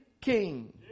King